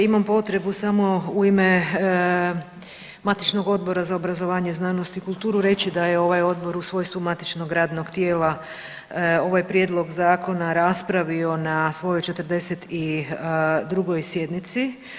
Imam potrebu samo u ime matičnog Odbora za obrazovanje, znanost i kulturu reći da je ovaj odbor u svojstvu matičnog radnog tijela ovaj prijedlog zakona raspravio na svojoj 42. sjednici.